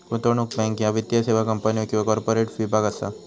गुंतवणूक बँक ह्या वित्तीय सेवा कंपन्यो किंवा कॉर्पोरेट विभाग असा